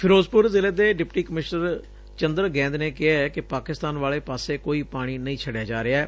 ਫ਼ਿਰੋਜ਼ਪੁਰ ਜ਼ਿਲ੍ਹੇ ਦੇ deputy commissioner Chander Gaind ਨੇ ਕਿਹਾ ਕਿ ਪਾਕਿਸਤਾਨ ਵਾਲੇ ਪਾਸੇ ਕੋਈ ਪਾਣੀ ਨਹੀ ਛੱਡਿਆ ਜਾ ਰਿਹੈ